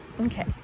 Okay